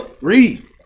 Read